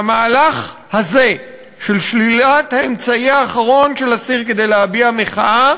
והמהלך הזה של שלילת האמצעי האחרון של אסיר כדי להביע מחאה